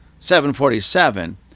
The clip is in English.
747